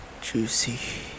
Juicy